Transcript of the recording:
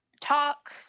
talk